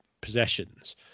possessions